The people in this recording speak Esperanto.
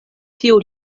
tiu